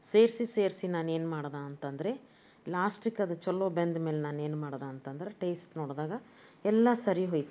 ಸೇರಿಸಿ ಸೇರಿಸಿ ನಾನೇನು ಮಾಡ್ದೆ ಅಂತ ಅಂದ್ರೆ ಲಾಸ್ಟಿಗೆ ಅದು ಚಲೋ ಬೆಂದ್ಮೇಲೆ ನಾನೇನು ಮಾಡೆ ಅಂತ ಅಂದ್ರೆ ಟೇಸ್ಟ್ ನೋಡಿದಾಗ ಎಲ್ಲ ಸರಿ ಹೋಯ್ತು ರೀ